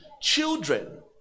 children